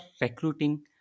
recruiting